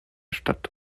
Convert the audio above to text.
stadt